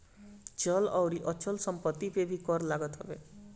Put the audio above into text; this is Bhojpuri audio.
चल अउरी अचल संपत्ति पे भी कर लागत हवे